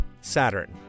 Saturn